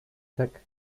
tak